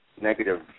negative